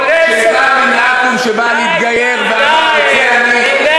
כולל, שאחד מן העכו"ם שבא להתגייר, ואמר: